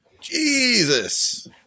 Jesus